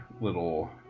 little